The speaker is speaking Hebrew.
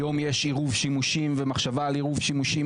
היום יש עירוב שימושים ומחשבה על עירוב שימושים